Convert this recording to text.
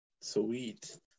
Sweet